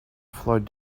flowed